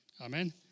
Amen